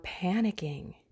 panicking